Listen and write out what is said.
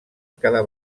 cada